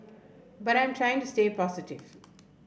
but I'm trying to stay positive